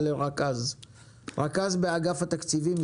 רכז באגף תקציבים.